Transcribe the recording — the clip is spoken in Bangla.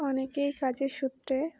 অনেকেই কাজের সূত্রে